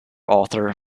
author